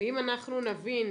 ואם אנחנו נבין,